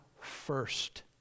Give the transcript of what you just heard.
first